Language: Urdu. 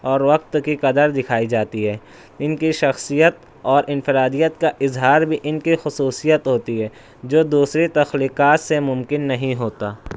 اور وقت کی قدر دِکھائی جاتی ہے اِن کی شخصیت اور انفرادیت کا اظہار بھی اِن کی خصوصیت ہوتی ہے جو دوسری تخلیقات سے ممکن نہیں ہوتا